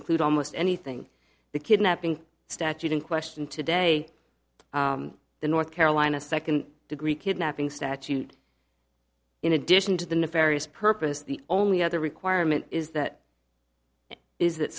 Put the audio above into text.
include almost anything the kidnapping statute in question today the north carolina second degree kidnapping statute in addition to the nefarious purpose the only other requirement is that is that